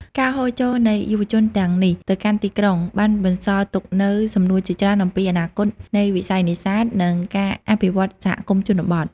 ការហូរចូលនៃយុវជនទាំងនេះទៅកាន់ទីក្រុង បានបន្សល់ទុកនូវសំណួរជាច្រើនអំពីអនាគតនៃវិស័យនេសាទ និងការអភិវឌ្ឍន៍សហគមន៍ជនបទ។